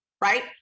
right